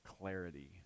clarity